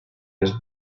his